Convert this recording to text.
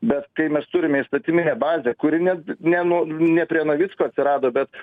bet kai mes turime įstatyminę bazę kuri net nenu ne prie navicko atsirado bet